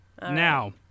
Now